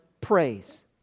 praise